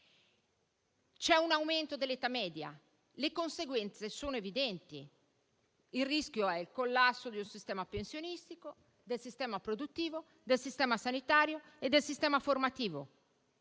C'è un aumento dell'età media e le conseguenze sono evidenti. Il rischio è il collasso del sistema pensionistico, del sistema produttivo, del sistema sanitario e del sistema formativo.